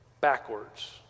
backwards